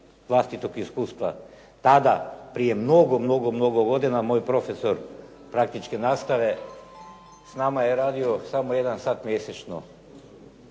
vlastitog iskustva. Tada prije mnogo, mnogo, mnogo godina moj profesor praktičke nastave s nama je radio samo jedan sat mjesečno,